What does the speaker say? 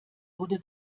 wurde